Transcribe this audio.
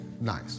nice